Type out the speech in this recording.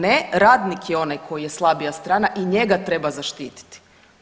Ne, radnik je onaj koji je slabija strana i njega treba zaštititi.